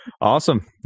Awesome